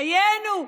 דיינו.